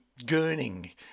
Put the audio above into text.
gurning